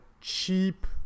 cheap